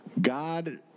God